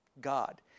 God